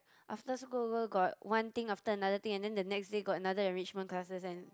after school also got one thing after another thing and then the next day got another enrichment classes and